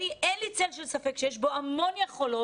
שאין לי צל של ספק שיש בו המון יכולות,